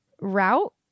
route